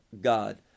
God